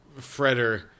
Freder